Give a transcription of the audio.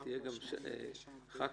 ההפחתה של 25% תהיה מהחוב עצמו,